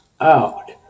out